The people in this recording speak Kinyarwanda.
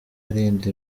arinda